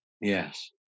Yes